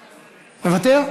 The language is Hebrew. מוותר?